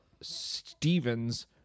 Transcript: Stevens